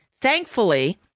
Thankfully